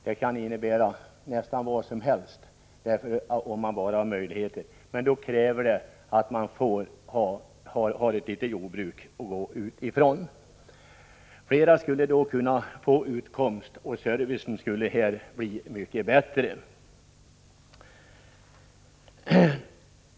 Det kan innebära nästan vad som helst, men det krävs att man får ha ett litet jordbruk att utgå ifrån. Om man kan ordna det så skulle fler kunna få utkomst, och servicen skulle bli mycket bättre.